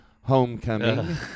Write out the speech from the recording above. homecoming